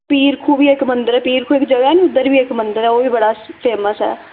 पीर खूह् बी इक मंदर ऐ पीर खूह् इक जगह् ऐ नी उद्धर बी इक मंदर ऐ ओह् बी बड़ा फेमस ऐ